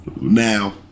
Now